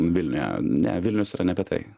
vilnia ne vilnius yra ne apie tai